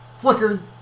flickered